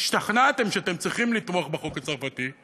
השתכנעתם שאתם צריכים לתמוך בחוק הצרפתי,